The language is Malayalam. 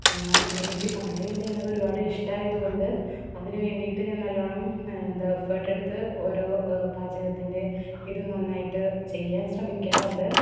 എനിക്ക് പാചകം ചെയ്യുന്നത് ഒരുപാട് ഇഷ്ടമായത് കൊണ്ട് അതിന് വേണ്ടിയിട്ട് ഞാൻ നല്ലോണം എന്താ എഫർട്ട് എടുത്ത് ഓരോ പാചകത്തിൻ്റെ ഇത് നന്നായിട്ട് ചെയ്യാൻ ശ്രമിക്കാറുണ്ട്